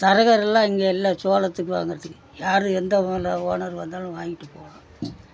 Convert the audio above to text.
தரகர்களெலாம் இங்கே இல்லை சோளத்துக்கு வாங்குகிறதுக்கு யார் எந்த ஊரில் ஓனர் வந்தாலும் வாங்கிட்டு போகலாம்